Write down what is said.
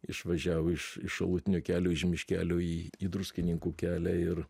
išvažiavo iš iš šalutinio kelio iž miškelio į į druskininkų kelią ir